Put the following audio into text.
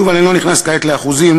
שוב, אני לא נכנס כעת לאחוזים,